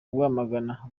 rwamagana